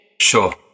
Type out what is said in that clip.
Sure